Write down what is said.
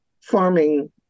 farming